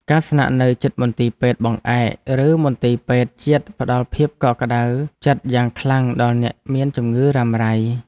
ការស្នាក់នៅជិតមន្ទីរពេទ្យបង្អែកឬមន្ទីរពេទ្យជាតិផ្តល់ភាពកក់ក្តៅចិត្តយ៉ាងខ្លាំងដល់អ្នកមានជំងឺរ៉ាំរ៉ៃ។